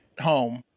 home